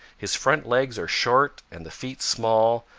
his front legs are short and the feet small,